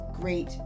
great